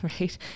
right